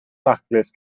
daclus